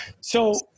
So-